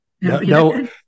No